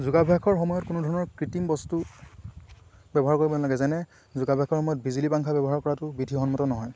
যোগাভ্যাসৰ সময়ত কোনো ধৰণৰ কৃত্ৰিম বস্তু ব্যৱহাৰ কৰিব নালাগে যেনে যোগাভ্যাসৰ সময়ত বিজুলী পাংখা ব্যৱহাৰ কৰাটো বিধিসন্মত নহয়